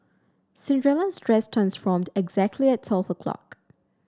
Cinderella's dress transformed exactly at twelve o'clock